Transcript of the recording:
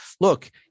look